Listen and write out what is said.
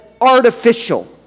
artificial